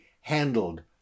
handled